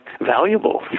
valuable